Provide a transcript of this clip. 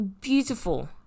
beautiful